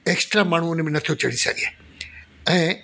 extra माण्हू उनमें नथो चढ़ी सघे ऐं